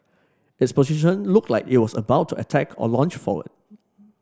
its position looked like it was about to attack or lunge forward